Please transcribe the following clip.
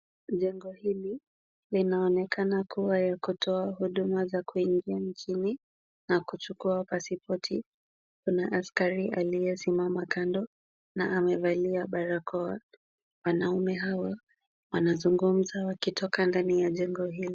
Jengo hili linaonekana kuwa ya kutoa huduma za kuingia nchini na kuchukua pasipoti. Kuna askari aliyesimama kando na amevalia barakoa. Wanaume hawa wanazungumza wakitoka ndani ya jengo hilo.